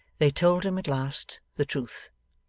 they told him, at last, the truth.